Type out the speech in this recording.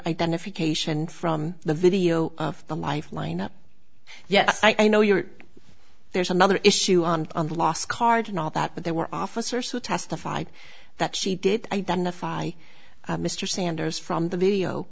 identification from the video of the lifeline up yes i know your there's another issue on the last card and all that but there were officers who testified that she did identify mr sanders from the video